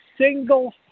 single